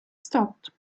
stopped